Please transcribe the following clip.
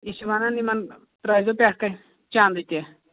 یہِ چھِ وَنان یِمَن ترٛٲے زیو پٮ۪ٹھ کَنۍ چَنٛدٕ تہِ